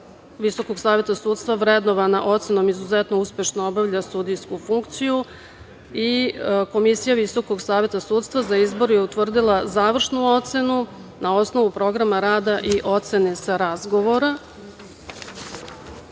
Visokog saveta sudstva vrednovana ocenom – izuzetno uspešno obavlja sudijsku funkciju. Komisija Visokog saveta sudstva za izbor je utvrdila završnu ocenu na osnovu programa rada i ocene sa razgovora. Edin